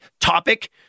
topic